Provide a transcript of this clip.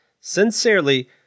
Sincerely